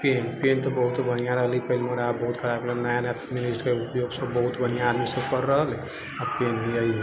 PAN तऽ बहुत बढ़िआँ रहलै वही दस रुपैआमे दैत रहलैए आब बहुत खराब रहलै नया नया कम्पनी उपयोग बहुत बढ़िआँ हमसब करि रहल अइ आओर पेन हइए